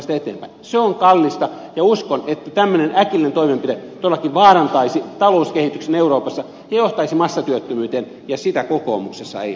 se on kallista ja uskon että tämmöinen äkillinen toimenpide todellakin vaarantaisi talouskehityksen euroopassa ja johtaisi massatyöttömyyteen ja sitä kokoomuksessa ei haluta